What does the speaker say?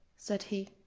said he,